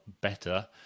better